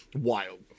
Wild